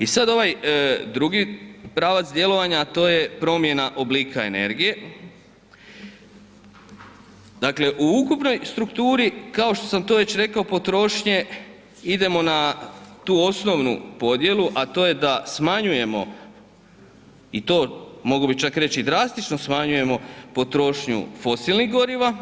I sad ovaj drugi pravac djelovanja, a to je promjena oblika energije dakle u ukupnoj strukturi kao što sam to već rekao potrošnje, idemo na tu osnovnu podjelu a to je da smanjujemo i to mogao bi čak reći drastično smanjujemo potrošnju fosilnih goriva